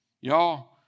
Y'all